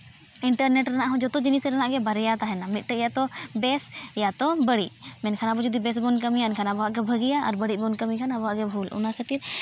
internet ᱨᱮᱱᱟᱜ ᱦᱚᱸ ᱡᱚᱛᱚ ᱡᱤᱱᱤᱥ ᱨᱮᱱᱟᱜ ᱜᱮ ᱵᱟᱨᱭᱟ ᱛᱟᱦᱮᱱᱟ ᱢᱤᱫᱴᱟᱝ ᱤᱭᱟᱛᱚ ᱵᱮᱥ ᱤᱭᱟᱛᱚ ᱵᱟᱹᱲᱤᱡ ᱢᱮᱱᱠᱷᱟᱱ ᱟᱵᱚ ᱡᱩᱫᱤ ᱵᱮᱥᱵᱚᱱ ᱠᱟᱹᱢᱤᱭᱟ ᱮᱱᱠᱷᱟᱱ ᱟᱵᱚᱣᱟᱜ ᱜᱮ ᱵᱷᱟᱹᱜᱤᱭᱟ ᱟᱨ ᱵᱟᱹᱲᱤᱡ ᱵᱚᱱ ᱠᱟᱹᱢᱤ ᱠᱷᱟᱱ ᱟᱵᱚᱣᱟᱜ ᱜᱮ ᱵᱷᱩᱞ ᱚᱱᱟ ᱠᱷᱟᱹᱛᱤᱨ